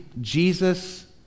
Jesus